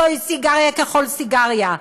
זוהי סיגריה ככל סיגריה,